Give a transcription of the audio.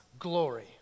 glory